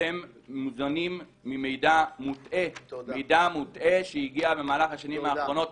אתם מוזנים ממידע מוטעה שהגיע במהלך השנים האחרונות.